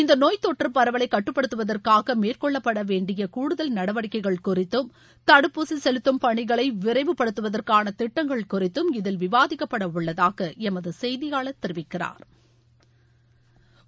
இந்த நோய் தொற்றுப் பரவலை கட்டுப்படுத்துவதற்காக மேற்கொள்ளப்பட வேண்டிய கூடுதல் நடவடிக்கைகள் குறித்தும் தடுப்பூசி செலுத்தும் பணிகளை விரைவு படுத்துவதற்கான திட்டங்கள் குறித்தும் இதில் விவாதிக்கப்பட உள்ளதாக எமது செய்தியாளா் தெரிவிக்கிறாா்